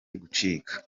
gucika